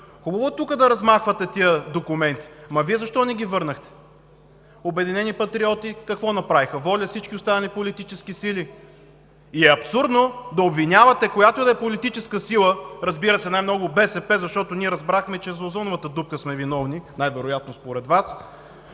Хубаво е тук да размахвате тези документи, ама Вие защо не ги върнахте?! Какво направиха „Обединени патриоти“, „ВОЛЯ“ и всички останали политически сили? И е абсурдно да обвинявате която и да е политическа сила, разбира се, най-много БСП, защото ние разбрахме, че и за озоновата дупка сме виновни най-вероятно според Вас,